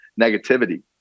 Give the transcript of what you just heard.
negativity